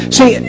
See